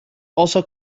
also